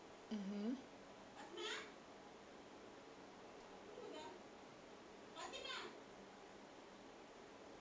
mmhmm